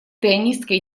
пианисткой